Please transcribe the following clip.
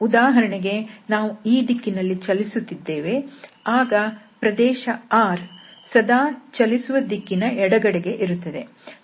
ಉದಾಹರಣೆಗೆ ನಾವು ಈ ದಿಕ್ಕಿನಲ್ಲಿ ಚಲಿಸುತ್ತಿದ್ದೇವೆ ಆಗ ಪ್ರದೇಶ R ಸದಾ ಚಲಿಸುವ ದಿಕ್ಕಿನ ಎಡಗಡೆಗೆ ಇರುತ್ತದೆ